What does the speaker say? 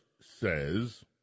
says